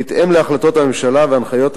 בהתאם להחלטות הממשלה והנחיות הנציבות,